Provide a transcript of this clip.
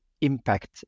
impact